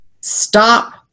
stop